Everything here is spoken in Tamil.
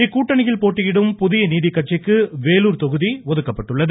இக்கூட்டணியில் போட்டியிடும் புதிய நீதி கட்சிக்கு வேலார் கொகுகி ஒதுக்கப்பட்டுள்ளது